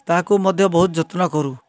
ତାହାକୁ ମଧ୍ୟ ବହୁତ ଯତ୍ନ କରୁ